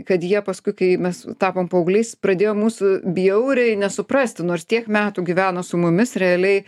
kad jie paskui kai mes tapom paaugliais pradėjo mūsų bjauriai nesuprasti nors tiek metų gyveno su mumis realiai